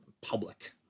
public